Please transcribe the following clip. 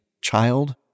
child